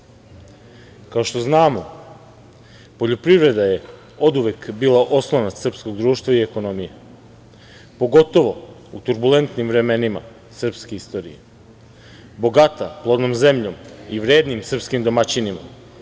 Kao što znamo, poljoprivreda je oduvek bila oslonac srpskog društva i ekonomije, pogotovo u turbulentnim vremenima srpske istorije, bogata plodnom zemljom i vrednim srpskim domaćinima.